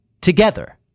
together